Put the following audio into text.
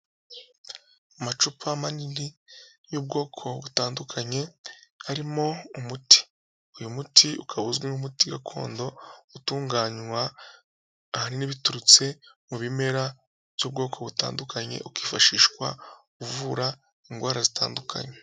Amacupa manini y'ubwoko butandukanye, harimo umuti, uyu muti ukaba uzwi nk'umuti gakondo, utunganywa aha n'ibiturutse mu bimera by'ubwoko butandukanye, ukifashishwa uvura indwara zitandukanye.